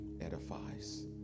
edifies